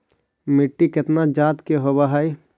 मिट्टी कितना जात के होब हय?